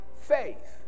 faith